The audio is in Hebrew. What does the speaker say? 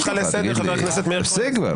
אני קורא אותך לסדר, חבר הכנסת מאיר כהן.